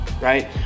right